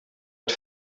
uit